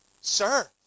sir